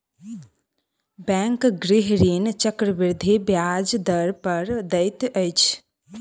bank गृह ऋण चक्रवृद्धि ब्याज दर पर दैत अछि